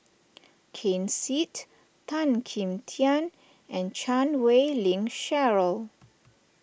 Ken Seet Tan Kim Tian and Chan Wei Ling Cheryl